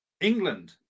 england